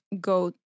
go